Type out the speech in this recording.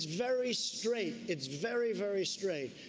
very straight. it's very, very straight.